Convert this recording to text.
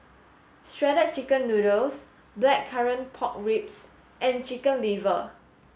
shredded chicken noodles blackcurrant pork ribs and chicken liver